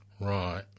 Right